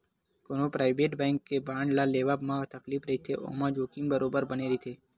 कोनो private company के bond ल लेवब म तकलीफ रहिथे ओमा जोखिम बरोबर बने रथे